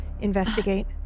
investigate